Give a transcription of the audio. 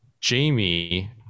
Jamie